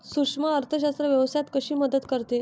सूक्ष्म अर्थशास्त्र व्यवसायात कशी मदत करते?